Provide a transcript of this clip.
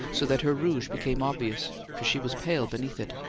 so that her rouge became obvious, for she was pale beneath it.